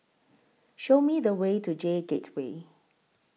Show Me The Way to J Gateway